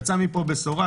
יצאה מפה בשורה,